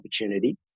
opportunity